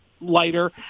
lighter